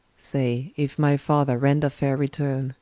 say if my father render faire returne,